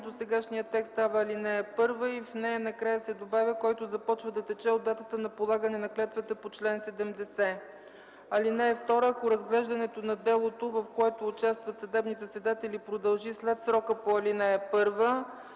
Досегашният текст става ал. 1 и в нея накрая се добавя „който започва да тече от датата на полагане на клетвата по чл. 70”. (2) Ако разглеждането на делото, в което участват съдебни заседатели, продължи след срока по ал. 1,